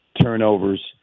turnovers